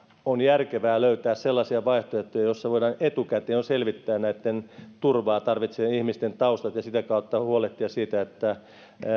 on järkevää löytää sellaisia vaihtoehtoja joissa voidaan etukäteen selvittää näitten turvaa tarvitsevien ihmisten taustat ja sitä kautta huolehtia siitä että